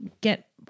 get